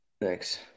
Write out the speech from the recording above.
thanks